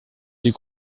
des